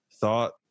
thought